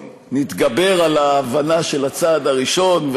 נתגבר על ההבנה של הצעד הראשון,